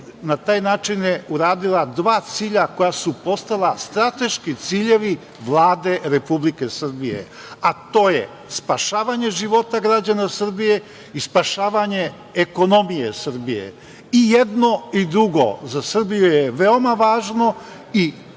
Na taj način je uradila dva cilja koja su postala strateški ciljevi Vlade Republike Srbije, a to je spašavanje života građana Srbije i spašavanje ekonomije Srbije i jedno i drugo za Srbiju je veoma važno. Ono